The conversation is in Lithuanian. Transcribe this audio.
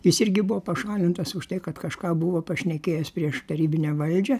jis irgi buvo pašalintas už tai kad kažką buvo pašnekėjęs prieš tarybinę valdžią